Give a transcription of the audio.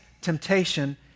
temptation